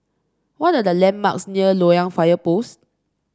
what are the landmarks near Loyang Fire Post